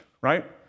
right